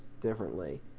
differently